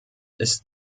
ist